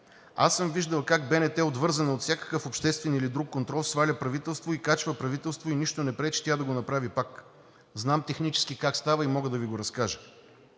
Аз съм виждал как БНТ е отвързана от всякакъв обществен или друг контрол, сваля правителство и качва правителство, и нищо не пречи тя да го направи пак. Знам технически как става и мога да Ви го разкажа.